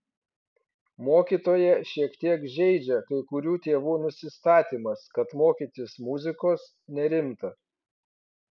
mokytoją šiek tiek žeidžia kai kurių tėvų nusistatymas kad mokytis muzikos nerimta